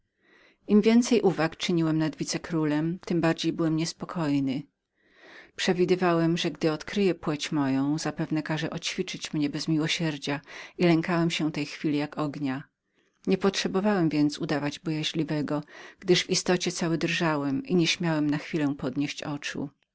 im więcej uwag czyniłem nad wicekrólem tem bardziej byłem niespokojny przewidywałem że gdy odkryje płeć moją zapewne każe oćwiczyć mnie bez miłosierdzia i lękałem się tej chwili jak ognia nie potrzebowałem więc udawać bojaźliwego gdyż w istocie cały drżałem i nieśmiałem na chwilę podnieść oczu